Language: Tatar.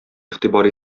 игътибар